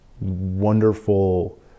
wonderful